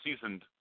seasoned